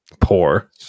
Poor